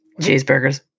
Cheeseburgers